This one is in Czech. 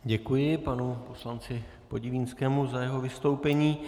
Děkuji panu poslanci Podivínskému za jeho vystoupení.